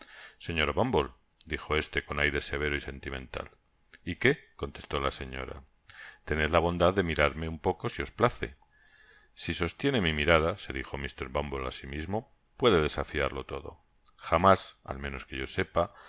señora bumble dijo éste con aire severo y sentimental y qué contestó la señora tened la bondad de mirarme un poco si os place si sostiene mi miradase dijo mr bumble para si mismo puede desafiarlo todo jamás al menos que yo sepa